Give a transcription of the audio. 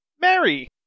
Mary